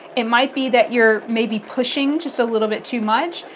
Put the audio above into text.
it might be that you're maybe pushing just a little bit too much.